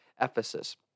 Ephesus